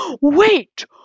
wait